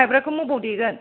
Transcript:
माइब्राखौ बबेयाव देगोन